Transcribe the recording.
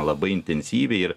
labai intensyviai ir